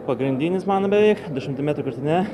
pagrindinis man beveik du šimtai metrų krūtine